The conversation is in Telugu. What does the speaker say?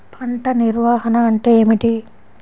పంట నిర్వాహణ అంటే ఏమిటి?